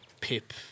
Pip